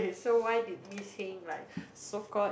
so why did we say like so called